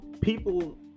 people